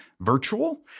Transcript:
virtual